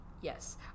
Yes